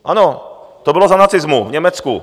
Ano, to bylo za nacismu v Německu.